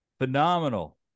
phenomenal